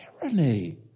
tyranny